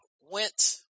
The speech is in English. went